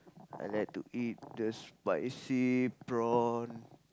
I like to eat the spicy prawn